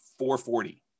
440